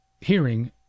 hearing